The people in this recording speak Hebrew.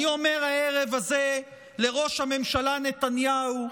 אני אומר הערב הזה לראש הממשלה נתניהו,